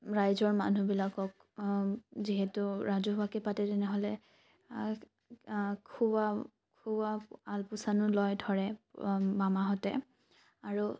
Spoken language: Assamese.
ৰাইজৰ মানুহবিলাকক যিহেতু ৰাজহুৱাকৈ পাতে তেনেহ'লে খুওৱা খুওৱা আলপৈচানো লয় ধৰে মামাহঁতে আৰু